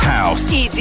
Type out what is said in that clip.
House